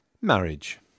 Marriage